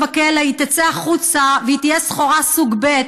בכלא היא תצא החוצה והיא תהיה סחורה סוג ב'.